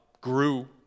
grew